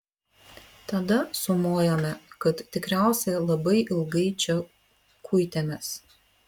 tada sumojome kad tikriausiai labai ilgai čia kuitėmės